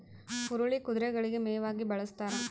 ಹುರುಳಿ ಕುದುರೆಗಳಿಗೆ ಮೇವಾಗಿ ಬಳಸ್ತಾರ